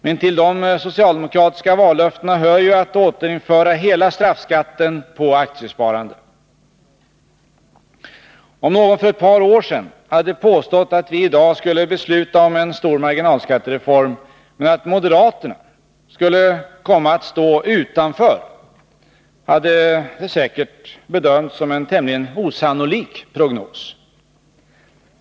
Men till de socialdemokratiska vallöftena hör att återinföra hela straffskatten på aktiesparande. Om någon för ett par år sedan hade påstått att vi i dag skulle besluta om en stor marginalskattereform men att moderaterna skulle komma att stå utanför, hade det säkert bedömts som en tämligen osannolik prognos.